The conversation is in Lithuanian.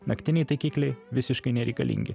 naktiniai taikikliai visiškai nereikalingi